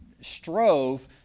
strove